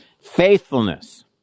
Faithfulness